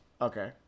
Okay